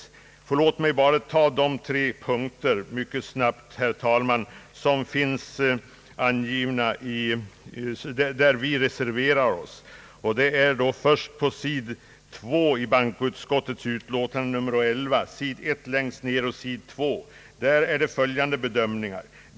Herr talman! Låt mig mycket snabbt ta upp de tre punkter där vi reserverar oss. Det gäller först längst ner på sid. 1 och det första stycket på sid. 2 i bankoutskottets utlåtande nr 11: »Penningoch valutapolitiken.